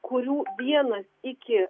kurių vienas iki